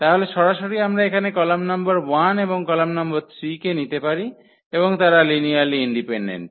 তাহলে সরাসরি আমরা এখানে কলাম নম্বর 1 এবং কলাম নম্বর 3 কে নিতে পারি এবং তারা লিনিয়ারলি ইন্ডিপেন্ডেন্ট